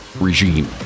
regime